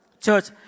Church